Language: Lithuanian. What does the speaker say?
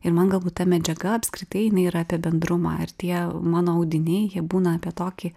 ir man galbūt ta medžiaga apskritai jinai yra apie bendrumą ir tie mano audiniai jie būna apie tokį